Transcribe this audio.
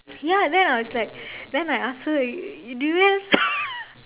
ya then I was like then I ask her do you have